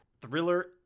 Thriller